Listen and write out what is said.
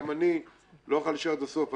גם אני לא אוכל להישאר עד הסוף.